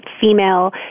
female